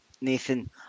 Nathan